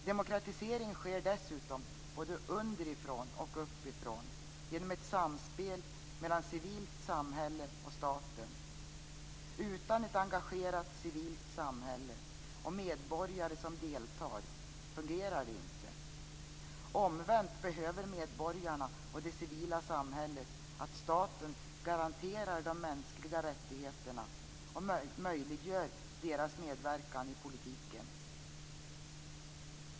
Demokratisering sker dessutom både underifrån och uppifrån genom ett samspel mellan civilt samhälle och staten. Utan ett engagerat civilt samhälle och medborgare som deltar fungerar det inte. Omvänt behöver medborgarna och det civila samhället att staten garanterar de mänskliga rättigheterna och möjliggör deras medverkan i politiken.